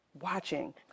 watching